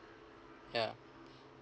yeah